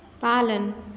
पालन